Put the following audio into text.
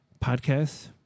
podcast